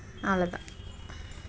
அவ்வளோ தான்